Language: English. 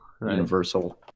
universal